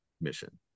mission